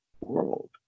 world